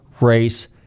race